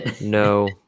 No